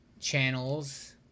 channels